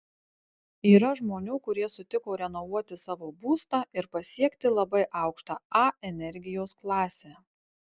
yra žmonių kurie sutiko renovuoti savo būstą ir pasiekti labai aukštą a energijos klasę